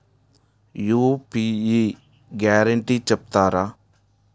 UPI guarantee చెప్తారా?